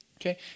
okay